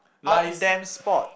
out damned spot